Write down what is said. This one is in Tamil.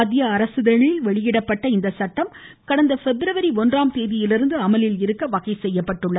மத்திய அரசிதழில் வெளியிடப்பட்டுள்ள இந்த சட்டம் கடந்த பிப்ரவரி ஒன்றாம் தேதியிலிருந்து அமலில் இருக்க வகை செய்யப்பட்டுள்ளது